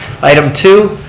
item two,